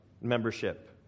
membership